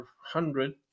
hundred